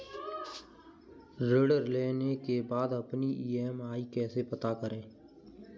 ऋण लेने के बाद अपनी ई.एम.आई कैसे पता करें?